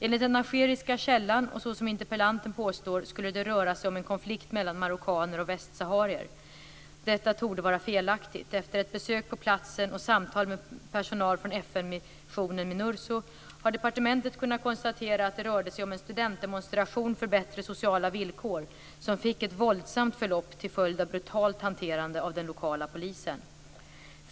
Enligt den algeriska källan och enligt vad interpellanten påstår skulle det röra sig om en konflikt mellan marockaner och västsaharier. Detta torde vara felaktigt. Efter ett besök på platsen och samtal med personal från FN-missionen Minurso har departementet kunnat konstatera att det rörde sig om en studentdemonstration för bättre sociala villkor, som fick ett våldsamt förlopp till följd av brutalt hanterande av den lokala polisen.